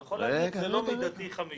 הוא יכול להגיד שזה לא מידתי 50,